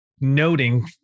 noting